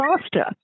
faster